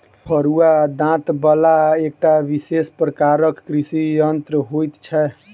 फरूआ दाँत बला एकटा विशेष प्रकारक कृषि यंत्र होइत छै